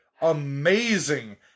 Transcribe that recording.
Amazing